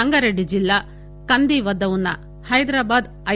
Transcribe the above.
సంగారెడ్డి జిల్లా కంది వద్ద వున్న హైదరాబాద్ ఐ